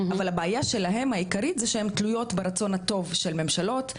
אבל הבעיה שלהם העיקרית זה שהן תלויות ברצון הטוב של ממשלות.